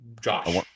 Josh